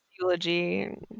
eulogy